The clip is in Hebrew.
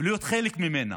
ולהיות חלק ממנה.